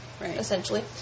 essentially